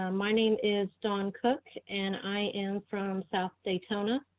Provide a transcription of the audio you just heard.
um my name is dawn cook and i am from south daytona.